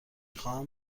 خواهم